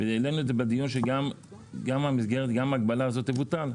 והעלינו בדיון שגם ההגבלה הזאת תבוטל.